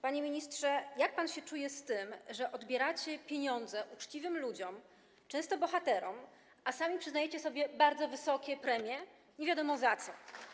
Panie ministrze, jak pan się czuje z tym, że odbieracie pieniądze uczciwym ludziom, często bohaterom, a sami przyznajecie sobie bardzo wysokie premie, nie wiadomo za co?